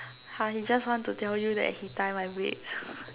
!huh! he just want to tell you that he tie my braids